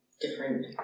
different